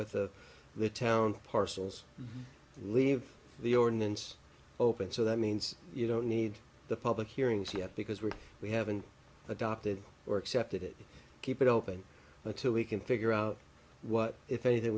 with the the town parcels and leave the ordinance open so that means you don't need the public hearings yet because really we haven't adopted or accepted it keep it open until we can figure out what if anything